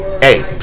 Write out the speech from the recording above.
Hey